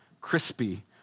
crispy